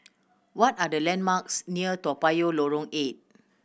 what are the landmarks near Toa Payoh Lorong Eight